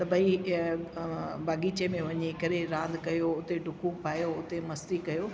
त भाई बगीचे में वञी करे रांदि कयो उते ॾुकु पायो उते मस्ती कयो